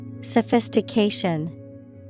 Sophistication